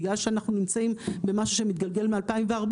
בגלל שאנחנו נמצאים במשהו שמתגלגל מ-2014,